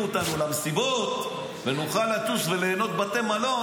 אותנו למסיבות ונוכל לטוס וליהנות בבתי מלון,